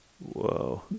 Whoa